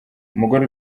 umugore